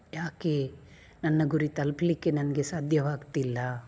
ಯಾಕೆ ನನ್ನ ಗುರಿ ತಲ್ಪಲಿಕ್ಕೆ ನನಗೆ ಸಾಧ್ಯವಾಗ್ತಿಲ್ಲ